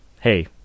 hey